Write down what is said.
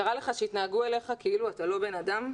"קרה לך שהתנהגו אליך כאילו אתה לא בן אדם?